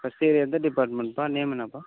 first year எந்த டிப்பார்ட்மெண்ட்ப்பா name என்னப்பா